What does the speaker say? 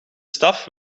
staf